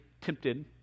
tempted